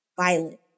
violent